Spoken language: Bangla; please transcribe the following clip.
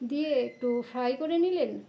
দিয়ে একটু ফ্রাই করে নিলেন